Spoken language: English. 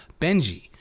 Benji